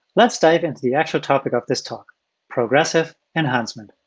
let's dive into the actual topic of this talk progressive enhancement.